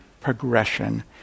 progression